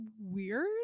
weird